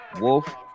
Wolf